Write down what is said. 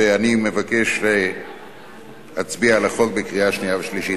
ואני מבקש להצביע עליה בקריאה שנייה ושלישית.